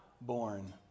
born